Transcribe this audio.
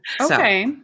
Okay